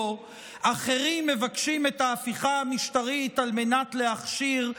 המרכזית), התשפ"ג 2022, שמספרה פ/765/25.